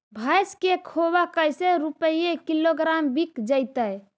भैस के खोबा कैसे रूपये किलोग्राम बिक जइतै?